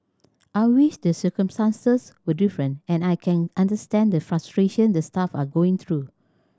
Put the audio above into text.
I wish the circumstances were different and I can understand the frustration the staff are going through